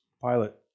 pilot